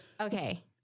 okay